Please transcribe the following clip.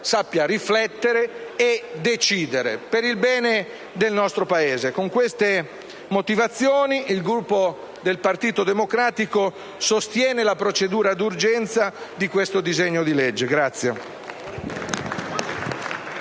saprà riflettere e decidere per il bene del nostro Paese. Con queste motivazioni, il Gruppo del Partito Democratico sostiene la procedura di urgenza per questo disegno di legge.